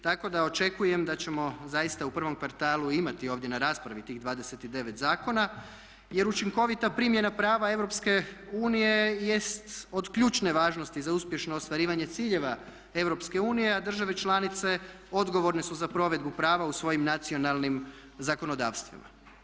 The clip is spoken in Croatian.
Tako da očekujem da ćemo zaista u prvom kvartalu imati ovdje na raspravi tih 29 zakona jer učinkovita primjena prava Europske unije jest od ključne važnosti za uspješno ostvarivanje ciljeva Europske unije a države članice odgovorne su za provedbu prava u svojim nacionalnim zakonodavstvima.